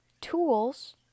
tools